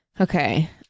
Okay